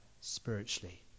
spiritually